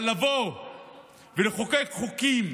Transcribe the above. אבל לבוא ולחוקק חוקים